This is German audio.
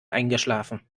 eingeschlafen